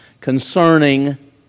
concerning